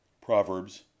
Proverbs